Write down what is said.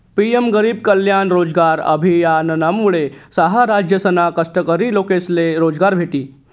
PM गरीब कल्याण रोजगार अभियानमुये सहा राज्यसना कष्टकरी लोकेसले रोजगार भेटी